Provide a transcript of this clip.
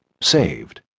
saved